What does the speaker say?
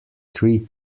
three